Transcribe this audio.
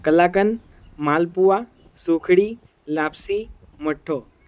કલાકન માલપુવા સુખડી લાપસી મઠો